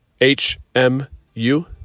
H-M-U